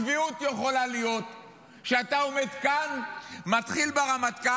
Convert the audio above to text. שאפשר להסתמך על אמצעים טכנולוגיים,